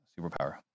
superpower